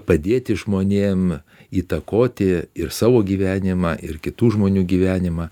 padėti žmonėm įtakoti ir savo gyvenimą ir kitų žmonių gyvenimą